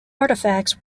artefacts